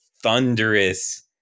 thunderous